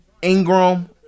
ingram